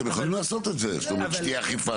אתם יכולים לעשות את זה זאת אומרת שתהיה אכיפה,